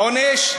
מה העונש?